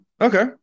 okay